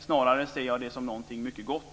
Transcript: Snarare ser jag det som någonting mycket gott.